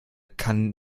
kann